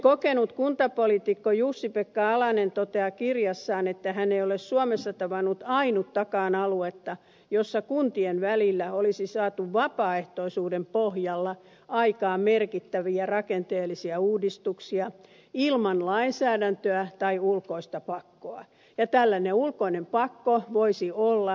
kokenut kuntapoliitikko jussi pekka alanen toteaa kirjassaan että hän ei ole suomessa tavannut ainuttakaan aluetta jolla kuntien välillä olisi saatu vapaaehtoisuuden pohjalla aikaan merkittäviä rakenteellisia uudistuksia ilman lainsäädäntöä tai ulkoista pakkoa ja tällainen ulkoinen pakko voisi olla juuri valtionosuusuudistus